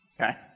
Okay